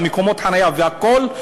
מקומות החניה והכול,